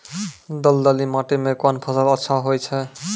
दलदली माटी म कोन फसल अच्छा होय छै?